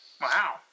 Wow